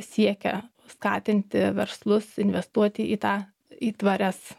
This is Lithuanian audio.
siekia skatinti verslus investuoti į tą į tvarias